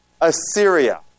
Assyria